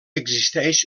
existeix